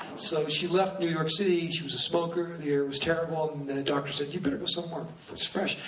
so she left new york city, she was a smoker, the air was terrible, and the doctor said, you'd better go somewhere that's fresh.